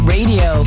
Radio